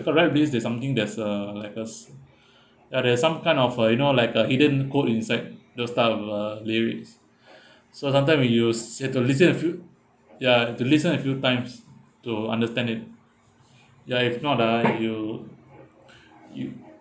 collide with this there's something that's uh like a like there's some kind of uh you know like a hidden code inside those style of a lyrics so sometime when you said have to listen a few ya have to listen a few times to understand it ya if not ah you you